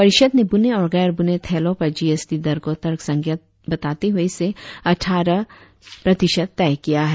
परिषद ने बुने और गैर बुने थैलों पर जी एस टी दर को तर्कसंगत बनाते हुए इसे अट्ठारह प्रतिशत तय किया है